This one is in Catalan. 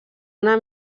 una